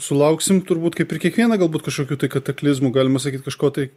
sulauksim turbūt kaip ir kiekvieną galbūt kažkokių tai kataklizmų galima sakyt kažko tai